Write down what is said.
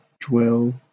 dwell